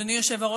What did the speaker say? אדוני היושב-ראש,